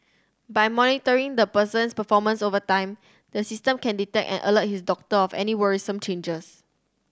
by monitoring the person's performance over time the system can detect and alert his doctor of any worrisome changes